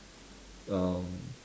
um